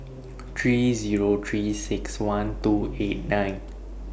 three Zero three six one two eight nine